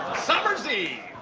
summer's eve.